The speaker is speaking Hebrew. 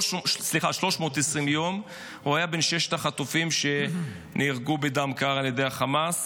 הוא היה בין ששת החטופים שנהרגו בדם קר על ידי החמאס